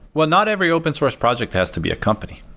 well, not every open source project has to be a company,